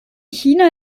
china